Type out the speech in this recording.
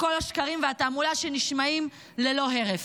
כל השקרים והתעמולה שנשמעים ללא הרף.